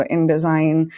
InDesign